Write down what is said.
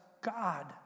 God